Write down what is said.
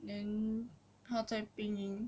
then 他在兵营